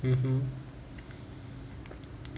mmhmm